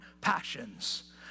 passions